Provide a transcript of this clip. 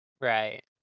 Right